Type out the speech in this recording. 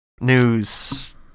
news